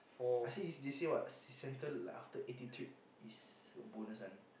I see is they see what c~ central like after eighty trip is got bonus one